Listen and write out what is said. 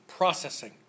processing